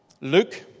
Luke